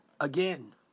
Again